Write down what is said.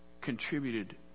contributed